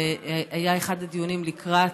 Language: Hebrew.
שהיה אחד הדיונים לקראת,